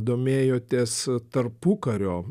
domėjotės tarpukario